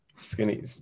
skinny